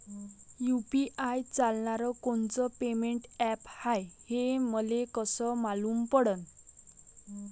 UPI चालणारं कोनचं payment app हाय, हे मले कस मालूम पडन?